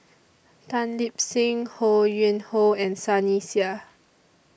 Tan Lip Seng Ho Yuen Hoe and Sunny Sia